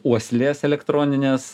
uoslės elektroninės